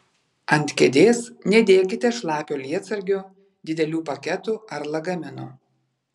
ant kėdės nedėkite šlapio lietsargio didelių paketų ar lagaminų